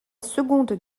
seconde